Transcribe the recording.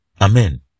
Amen